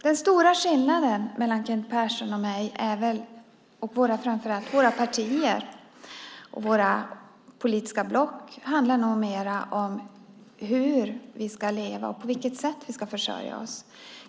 Den stora skillnaden mellan Kent Persson och mig och mellan våra partier och våra politiska block handlar nog mer om hur vi ska leva och hur vi ska försörja oss.